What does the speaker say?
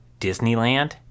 Disneyland